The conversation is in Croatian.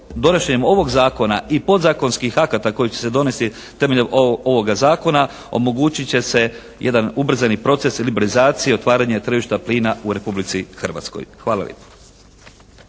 donošenjem ovog Zakona i podzakonskih akata koji će se donesti temeljem ovoga Zakona omogućit će se jedan ubrzani proces liberalizacije otvaranja tržišta plina u Republici Hrvatskoj. Hvala